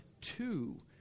two